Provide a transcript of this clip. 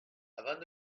avant